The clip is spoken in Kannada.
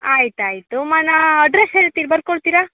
ಆಯ್ತು ಆಯಿತು ಮನೆ ಅಡ್ರೆಸ್ ಹೇಳ್ತಿರ ಬರ್ಕೊಳ್ತೀರಾ